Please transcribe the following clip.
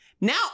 Now